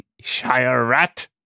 Shire-rat